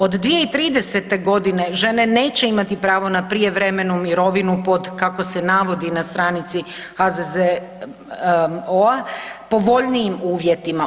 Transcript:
Od 2030. g. žene neće imati pravo na prijevremenu mirovinu pod, kako se navodi na stranici HZZO-a, povoljnijim uvjetima.